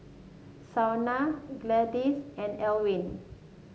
Shauna Gladyce and Alwin